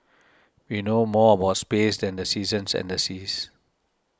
we know more about space than the seasons and the seas